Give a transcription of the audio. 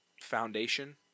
foundation